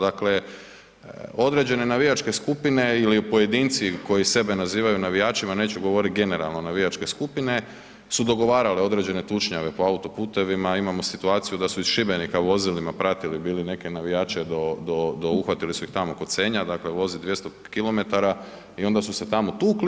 Dakle, određene navijačke skupine ili pojedinci koji sebe nazivaju navijačima, neću govoriti generalno navijačke skupine su dogovarale određene tučnjave po autoputovima, imamo situaciju da su iz Šibenika vozilima pratili bili neke navijače do, uhvatili su ih tamo kod Senja, dakle vozi 200 km i onda su se tamo tukli.